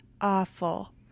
awful